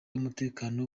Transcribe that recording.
umutekano